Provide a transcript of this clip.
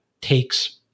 takes